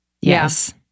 yes